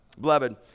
Beloved